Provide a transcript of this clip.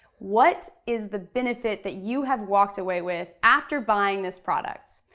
what is the benefit that you have walked away with after buying this product?